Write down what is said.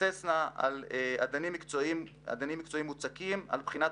תתבסס על אדנים מקצועיים מוצקים ועל בחינת